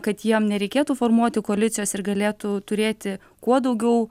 kad jiem nereikėtų formuoti koalicijos ir galėtų turėti kuo daugiau